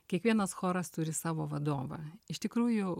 kiekvienas choras turi savo vadovą iš tikrųjų